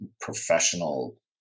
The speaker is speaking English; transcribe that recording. professional